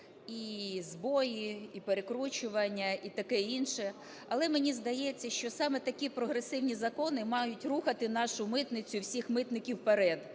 і збої, і перекручування, і таке інше. Але мені здається, що саме такі прогресивні закони мають рухати нашу митницю і всіх митників вперед.